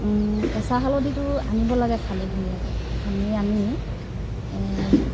কেঁচা হালধিটো আনিব লাগে সানি ধুনীয়াকৈ সানি আনি